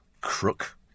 Crook